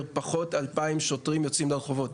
פחות 2,000 שוטרים יוצאים לעבוד ברחובות.